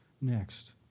next